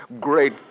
Great